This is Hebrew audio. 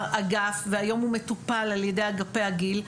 אגף והיום הוא מטופל על ידי אגפי הגיל,